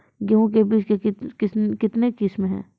गेहूँ के बीज के कितने किसमें है?